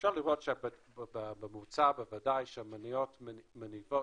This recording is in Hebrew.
אפשר לראות שבממוצע המניות מניבות